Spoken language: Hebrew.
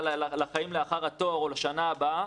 לחיים לאחר התואר או לשנה הבאה